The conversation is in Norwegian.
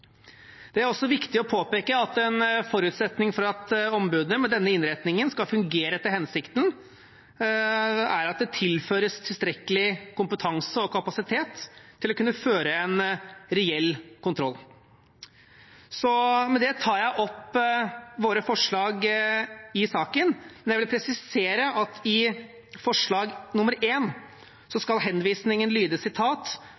Det er også viktig å påpeke at en forutsetning for at ombudet med denne innretningen skal fungere etter hensikten, er at det tilføres tilstrekkelig kompetanse og kapasitet til å kunne føre en reell kontroll. Med det tar jeg opp våre forslag i saken, men jeg vil presisere at i forslag